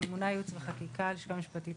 מנהלת חקיקה הלשכה המשפטית,